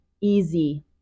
Easy